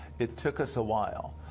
it took us a while.